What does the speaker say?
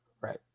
right